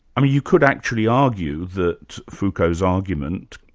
i mean you could actually argue that foucault's argument,